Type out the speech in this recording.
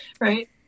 Right